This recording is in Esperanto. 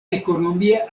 ekonomia